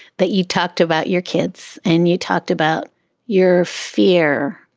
that you talked about your kids and you talked about your fear